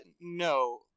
no